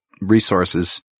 resources